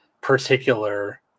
particular